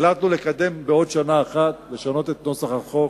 החלטנו לקדם בעוד שנה אחת, לשנות את נוסח החוק.